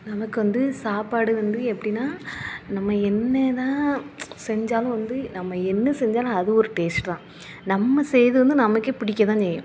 நமக்கு வந்து சாப்பாடு வந்து எப்படின்னா நம்ம என்ன தான் செஞ்சாலும் வந்து நம்ம என்ன செஞ்சாலும் அது ஒரு டேஸ்ட் தான் நம்ம செய்வது வந்து நமக்கே பிடிக்க தான் செய்யும்